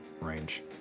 range